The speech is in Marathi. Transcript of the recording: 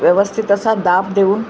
व्यवस्थित असा दाब देऊन